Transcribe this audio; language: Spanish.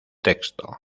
texto